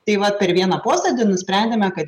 tai vat per vieną posėdį nusprendėme kad